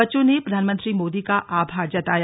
बच्चों ने प्रधानमंत्री मोदी का आभार जताया